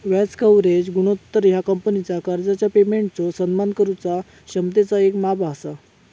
व्याज कव्हरेज गुणोत्तर ह्या कंपनीचा कर्जाच्या पेमेंटचो सन्मान करुचा क्षमतेचा येक माप असा